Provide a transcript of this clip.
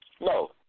No